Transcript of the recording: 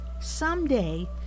someday